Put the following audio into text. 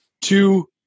two